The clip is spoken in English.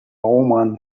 woman